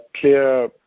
clear